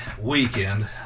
weekend